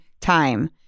time